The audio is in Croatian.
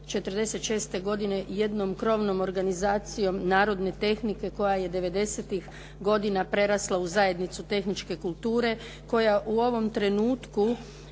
1946. godine jednom krovnom organizacijom Narodne tehnike koja je devedesetih godina prerasla u zajednicu tehničke kulture koja u ovom trenutku